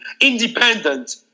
Independent